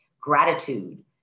gratitude